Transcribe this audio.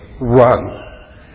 run